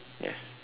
yes